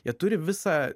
jie turi visą